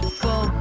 full